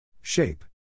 Shape